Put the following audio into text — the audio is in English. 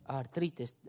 arthritis